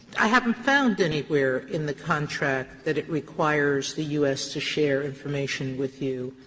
i haven't found anywhere in the contract that it requires the u s. to share information with you.